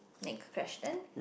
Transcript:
next question